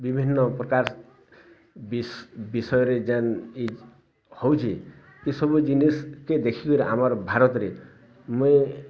ବିଭିନ୍ନ ପ୍ରକାର ବିଷୟରେ ଯାନ୍ ହଉଛି ଏସବୁ ଜିନିଷ୍ କେ ଦେଖିକରି ଆମର୍ ଭାରତ ରେ ମୁଇଁ